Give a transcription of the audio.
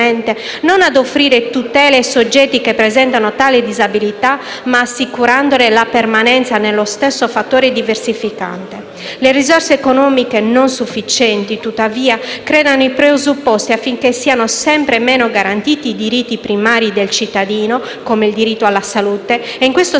non a offrire tutele ai soggetti che presentano tale disabilità, ma ad assicurare la permanenza dello stesso fattore diversificante. Le risorse economiche non sufficienti, tuttavia, creano i presupposti affinché siano sempre meno garantiti i diritti primari del cittadino, come il diritto alla salute e, in questo